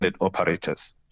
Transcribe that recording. operators